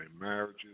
marriages